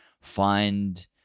find